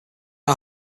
are